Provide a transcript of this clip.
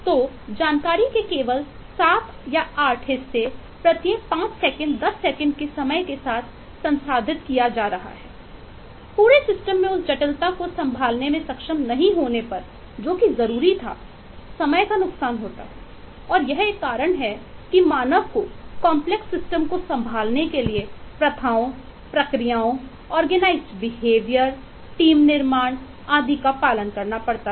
तो जानकारी के केवल 7 8 हिस्सा प्रत्येक 5 सेकंड 10 सेकंड के समय के साथ संसाधित किया जा रहा है पूरे सिस्टम में उस जटिलता को संभालने में सक्षम नहीं होने पर जो जरूरी था समय का नुकसान होता है और यह एक कारण है कि मानव कोकॉम्प्लेक्स सिस्टम टीम निर्माण आदि का पालन करना पड़ता है